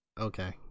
Okay